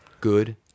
Good